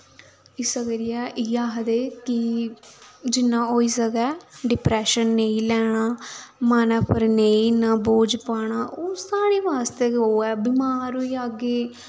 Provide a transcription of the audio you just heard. इस्सै करियै इयै आखदे कि जिन्ना होई सकै डिप्रैशन नेईं लैना मनै पर नेईं इन्नी बोझ पाना ओह् साढ़े बास्तै गै ओह् ऐ बमार होई जाह्गे